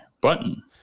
button